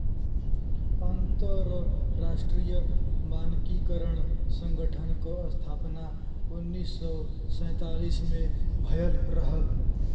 अंतरराष्ट्रीय मानकीकरण संगठन क स्थापना उन्नीस सौ सैंतालीस में भयल रहल